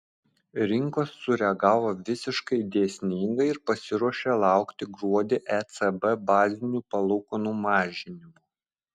rinkos sureagavo visiškai dėsningai ir pasiruošė laukti gruodį ecb bazinių palūkanų mažinimo